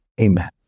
amen